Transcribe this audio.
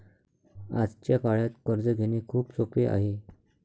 आजच्या काळात कर्ज घेणे खूप सोपे आहे